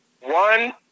One